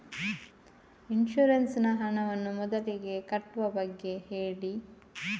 insurance ನ ಹಣವನ್ನು ಮೊದಲಿಗೆ ಕಟ್ಟುವ ಬಗ್ಗೆ ಹೇಳಿ